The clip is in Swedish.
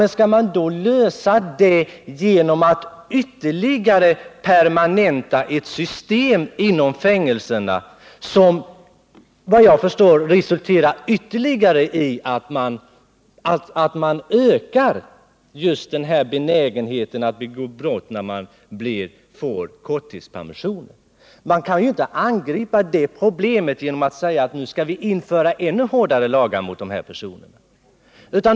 Men skall man då lösa det problemet genom att ytterligare permanenta ett system inom fängelserna som, såvitt jag förstår, resulterar i att man ökar denna benägenhet att begå brott vid korttidspermissioner? Man kan ju inte angripa det problemet genom att säga att nu skall vi införa ännu hårdare lagar mot dessa personer.